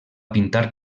pintar